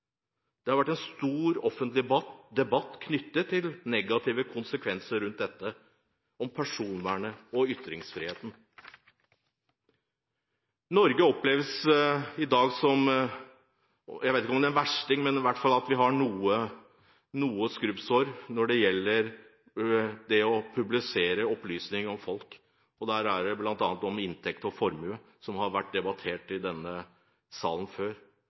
Det har vært en stor offentlig debatt knyttet til negative konsekvenser for personvernet og ytringsfriheten. Norge oppleves i dag som – en versting, vet jeg ikke, men i hvert fall å ha noen skrubbsår når det gjelder å publisere opplysninger om folk, bl.a. om inntekt og formue, som har vært debattert i denne salen før.